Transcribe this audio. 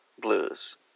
Blues